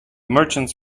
merchants